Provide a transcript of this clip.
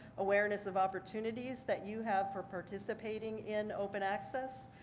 awareness of opportunities that you have for participating in open access.